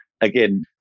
Again